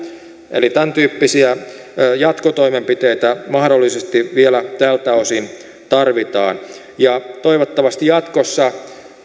eli tämäntyyppisiä jatkotoimenpiteitä mahdollisesti vielä tältä osin tarvitaan toivottavasti jatkossa